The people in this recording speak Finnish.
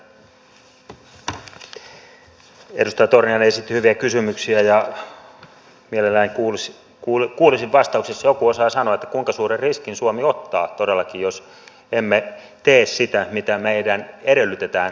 edustaja torniainen esitti hyviä kysymyksiä ja mielelläni kuulisin vastauksen jos joku osaa sanoa kuinka suuren riskin suomi ottaa todellakin jos emme tee sitä mitä meidän edellytetään tekevän